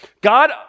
God